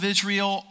Israel